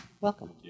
Welcome